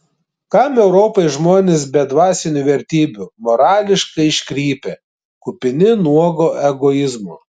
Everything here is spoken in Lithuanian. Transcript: kam europai žmonės be dvasinių vertybių morališkai iškrypę kupini nuogo egoizmo